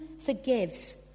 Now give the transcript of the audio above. forgives